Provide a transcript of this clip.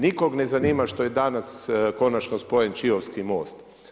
Nikog ne zanima, što je danas konačno spojen Čiovski most.